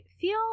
feel